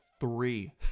three